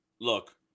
Look